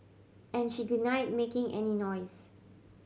and she deny making any noise